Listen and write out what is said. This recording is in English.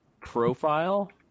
profile